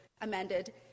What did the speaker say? amended